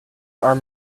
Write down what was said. are